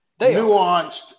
nuanced